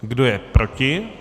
Kdo je proti?